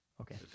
Okay